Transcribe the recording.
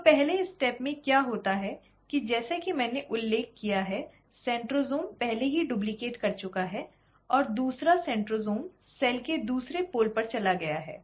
तो पहले चरण में क्या होता है कि जैसा कि मैंने उल्लेख किया है सेंट्रोसोम पहले ही डुप्लीकेट कर चुका है और दूसरा सेंट्रोसोम सेल के दूसरे ध्रुव पर चला गया है